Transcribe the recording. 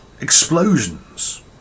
explosions